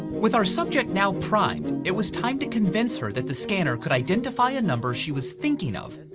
with our subject now primed, it was time to convince her that the scanner could identify a number she was thinking of,